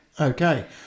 Okay